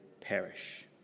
perish